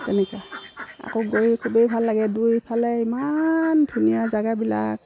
তেনেকৈ আকৌ গৈ খুবেই ভাল লাগে দুই ইফালে ইমান ধুনীয়া জেগাবিলাক